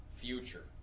future